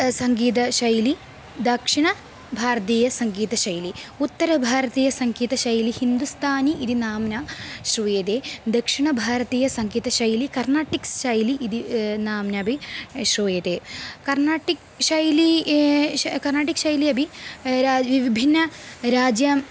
सङ्गीतशैली दक्षिणभारतीयसङ्गीतशैली उत्तरभारतीयसङ्गीतशैली हिन्दुस्तानी इति नाम्ना श्रूयते दक्षिणभारतीयसङ्गीतशैली कर्नाटिक् शैली इति नाम्नापि श्रूयते कर्नाटिक् शैली कर्नाटिक् शैली अपि विभिन्नराज्यां